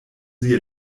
sie